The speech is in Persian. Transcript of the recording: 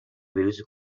ویروس